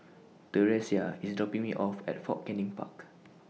Theresia IS dropping Me off At Fort Canning Park